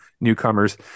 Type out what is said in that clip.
newcomers